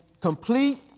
complete